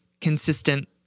consistent